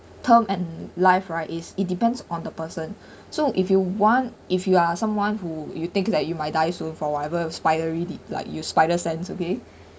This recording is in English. term and life right is it depends on the person so if you want if you are someone who you think that you might die soon for whatever spidery did like you spider sense okay